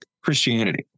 Christianity